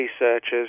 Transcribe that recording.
researchers